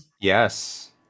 Yes